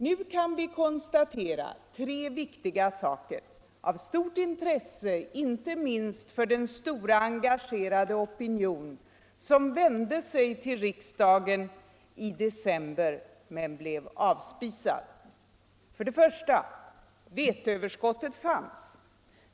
Nu kan vi konstatera tre viktiga saker, av stort intresse inte minst för den stora, engagerade opinion som vände sig till riksdagen i december men blev avspisad: 1. Veteöverskottet fanns.